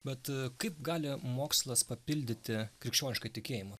bet kaip gali mokslas papildyti krikščionišką tikėjimą